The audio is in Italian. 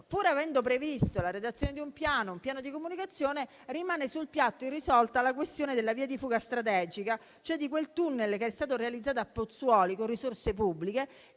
pur avendo previsto la redazione di un piano di comunicazione, rimane sul piatto irrisolta la questione della via di fuga strategica, cioè di quel tunnel che è stato realizzato a Pozzuoli con risorse pubbliche,